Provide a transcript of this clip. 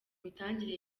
mitangire